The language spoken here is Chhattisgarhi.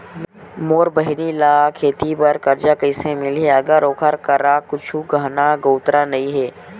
मोर बहिनी ला खेती बार कर्जा कइसे मिलहि, अगर ओकर करा कुछु गहना गउतरा नइ हे?